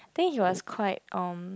think he was quite um